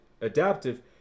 adaptive